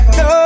no